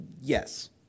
Yes